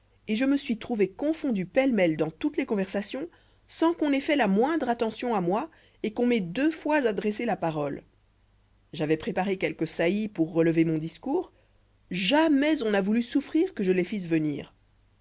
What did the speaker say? et je me suis trouvé confondu pêle-mêle dans toutes les conversations sans qu'on ait fait la moindre attention à moi et qu'on m'ait deux fois adressé la parole j'avois préparé quelques saillies pour relever mon discours jamais on n'a voulu souffrir que je les fisse venir